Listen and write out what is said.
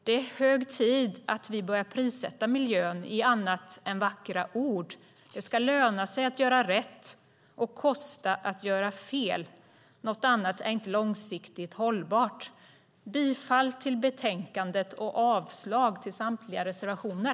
Det är hög tid att vi börjar prissätta miljön i annat än vackra ord. Det ska löna sig att göra rätt och kosta att göra fel. Något annat är inte långsiktigt hållbart. Jag yrkar bifall till utskottets förslag och avslag på samtliga reservationer.